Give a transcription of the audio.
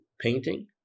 painting